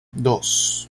dos